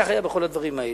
כך היה בכל הדברים האלה.